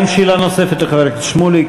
האם יש שאלה נוספת לחבר הכנסת שמולי?